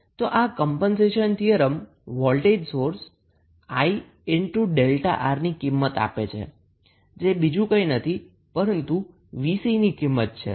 તો આ compensation theorem voltage source 𝐼𝛥𝑅 ની કિંમત આપે છે જે બીજું કંઈ નથી પરંતુ 𝑉𝑐 ની કિંમત છે